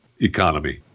economy